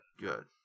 good